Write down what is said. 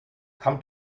come